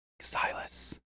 Silas